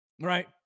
right